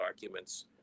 documents